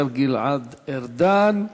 השר גלעד ארדן.